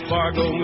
Fargo